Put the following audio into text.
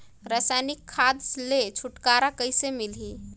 रसायनिक खाद ले छुटकारा कइसे मिलही?